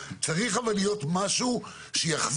אבל צריך להיות משהו שיכווין,